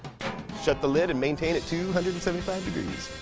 shut the lid and maintain at two hundred and seventy five degrees